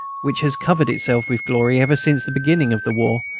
which has covered itself with glory ever since the beginning of the war,